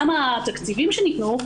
גם התקציבים שניתנו,